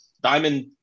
Diamond